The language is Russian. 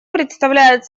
представляет